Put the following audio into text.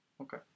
Okay